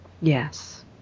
Yes